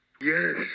Yes